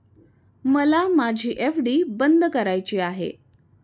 मला माझी एफ.डी बंद करायची आहे